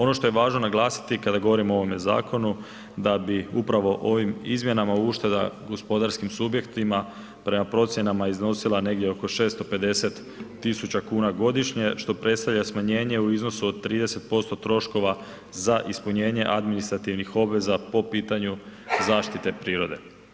Ono što je važno naglasiti kada govorimo o ovome zakonu da bi upravo ovim izmjenama ušteda gospodarskim subjektima prema procjenama iznosila negdje oko 650.000 kuna godišnje što predstavlja smanjenje u iznosu od 30% troškova za ispunjenje administrativnih obveza po pitanju zaštite prirode.